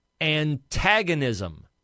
antagonism